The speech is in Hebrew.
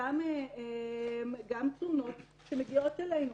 גם תלונות שמגיעות אלינו,